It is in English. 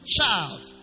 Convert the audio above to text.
child